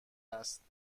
است